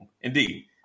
Indeed